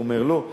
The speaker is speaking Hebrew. אני אומר לא.